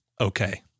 okay